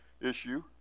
issue